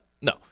no